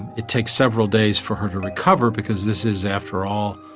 it takes several days for her to recover because this is, after all,